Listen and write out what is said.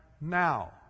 now